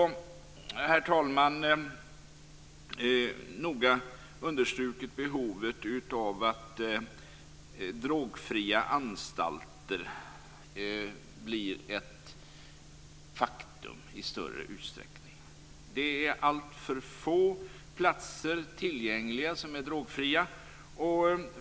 Vi har också noga understrukit kravet att drogfria anstalter blir ett faktum i större utsträckning. Det är alltför få platser tillgängliga för dem som är drogfria.